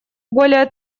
более